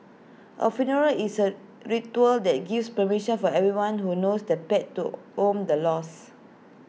A funeral is A ritual that gives permission for everyone who knows the pet to own the loss